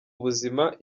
ubuzima